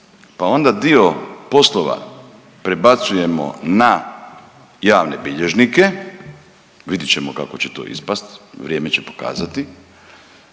pa onda dio poslova prebacujemo na javne bilježnike, vidjet ćemo kako će to ispasti, vrijeme će pokazati,